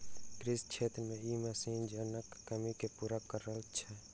कृषि क्षेत्र मे ई मशीन जनक कमी के पूरा करैत छै